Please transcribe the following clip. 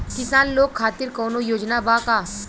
किसान लोग खातिर कौनों योजना बा का?